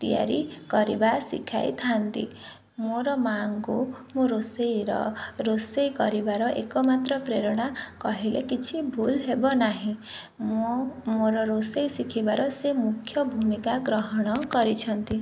ତିଆରି କରିବା ଶିଖାଇଥାନ୍ତି ମୋର ମା'ଙ୍କୁ ମୁଁ ରୋଷେଇର ରୋଷେଇ କରିବାର ଏକମାତ୍ର ପ୍ରେରଣା କହିଲେ କିଛି ଭୁଲ ହେବ ନାହିଁ ମୁଁ ମୋର ରୋଷେଇ ଶିଖିବାର ସେ ମୁଖ୍ୟ ଭୂମିକା ଗ୍ରହଣ କରିଛନ୍ତି